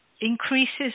increases